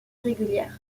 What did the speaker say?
irrégulière